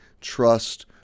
trust